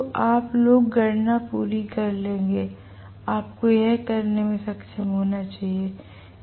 तो आप लोग गणना पूरी कर लेंगे आपको यह करने में सक्षम होना चाहिए